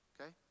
Okay